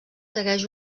segueix